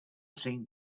seen